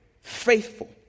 faithful